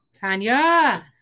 Tanya